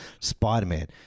Spider-Man